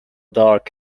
dark